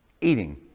eating